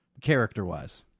character-wise